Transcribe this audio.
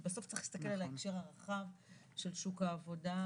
כי בסוף צריך להסתכל על ההקשר הרחב של שוק העבודה.